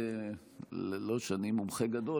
לא שאני מומחה גדול,